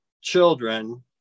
children